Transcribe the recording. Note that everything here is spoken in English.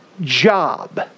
job